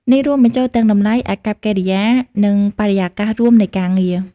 នេះរួមបញ្ចូលទាំងតម្លៃ អាកប្បកិរិយា និងបរិយាកាសរួមនៃការងារ។